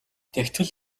тэгтэл